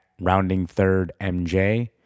roundingthirdmj